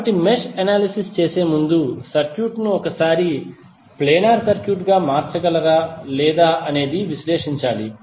కాబట్టి మీరు mesh analysis చేసే ముందు సర్క్యూట్ను ఒకసారి ప్లేనార్ సర్క్యూట్గా మార్చగలరా లేదా అని విశ్లేషించాలి